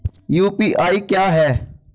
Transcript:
UPI क्या है?